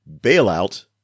bailout